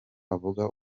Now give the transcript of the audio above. avuga